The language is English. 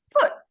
foot